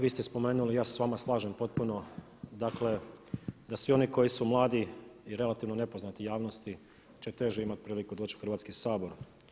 Vi ste spomenuli i ja se s vama slažem potpuno dakle da svi oni koji su mladi i relativno nepoznati javnosti će teže imati priliku doći u Hrvatski sabor.